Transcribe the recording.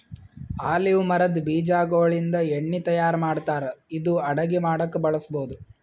olive ಮರದ್ ಬೀಜಾಗೋಳಿಂದ ಎಣ್ಣಿ ತಯಾರ್ ಮಾಡ್ತಾರ್ ಇದು ಅಡಗಿ ಮಾಡಕ್ಕ್ ಬಳಸ್ಬಹುದ್